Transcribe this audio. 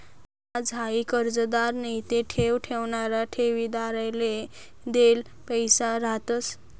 याज हाई कर्जदार नैते ठेव ठेवणारा ठेवीदारले देल पैसा रहातंस